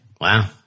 Wow